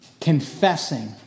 confessing